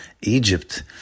Egypt